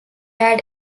had